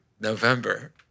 November